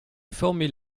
former